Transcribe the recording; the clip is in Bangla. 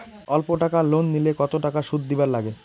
অল্প টাকা লোন নিলে কতো টাকা শুধ দিবার লাগে?